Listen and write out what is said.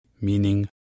meaning